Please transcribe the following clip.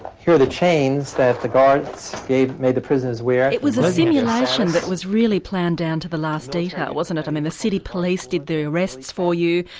here are the chains that the guards made the prisoners wear. it was a simulation that was really planned down to the last detail, wasn't it, i mean the city police did the arrests for you,